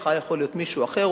מחר יכול להיות מישהו אחר,